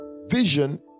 vision